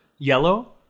Yellow